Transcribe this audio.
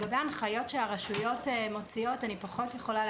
אני פחות יכולה להתייחס להנחיות שהרשויות מוציאות --- לא,